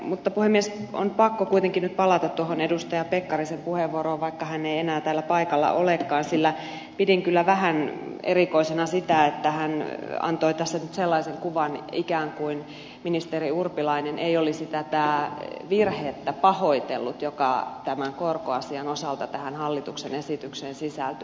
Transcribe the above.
mutta puhemies on pakko kuitenkin nyt palata tuohon edustaja pekkarisen puheenvuoroon vaikka hän ei enää täällä paikalla olekaan sillä pidin kyllä vähän erikoisena sitä että hän antoi tässä nyt sellaisen kuvan että ikään kuin ministeri urpilainen ei olisi tätä virhettä pahoitellut joka tämän korkoasian osalta tähän hallituksen esitykseen sisältyy